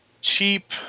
cheap